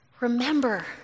remember